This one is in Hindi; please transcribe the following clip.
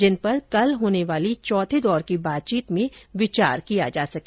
जिन पर कल होने वाली चौर्थे दौर की बातचीत में विचार किया जा सके